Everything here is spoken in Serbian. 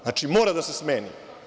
Znači, mora da se smeni.